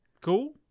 Cool